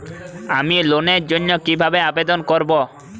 আমি লোনের জন্য কিভাবে আবেদন করব?